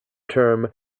term